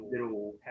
little